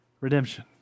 redemption